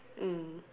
mm